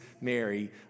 Mary